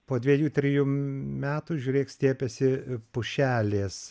po dvejų trijų metų žiūrėk stiepiasi pušelės